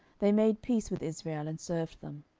they made peace with israel, and served them.